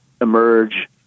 emerge